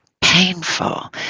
painful